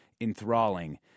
enthralling